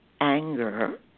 anger